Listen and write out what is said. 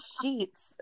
sheets